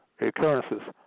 occurrences